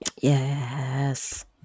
Yes